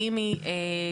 האם היא דורשת,